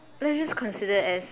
let's just consider as